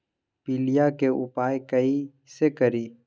पीलिया के उपाय कई से करी?